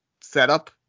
setup